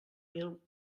mil